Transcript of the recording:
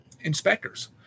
inspectors